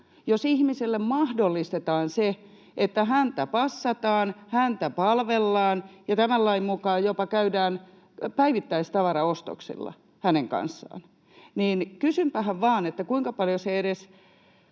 Jos ihmiselle mahdollistetaan se, että häntä passataan, häntä palvellaan ja tämän lain mukaan jopa käydään päivittäistavaraostoksilla hänen kanssaan, niin kysynpähän vain, kuinka paljon se edes